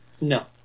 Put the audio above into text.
No